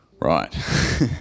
Right